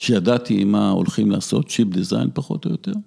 שידעתי מה הולכים לעשות, שיפ דיזיין פחות או יותר.